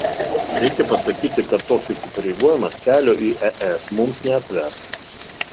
reikia pasakyti kad toks įsipareigojimas kelio į es mums neatvers